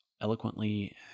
eloquently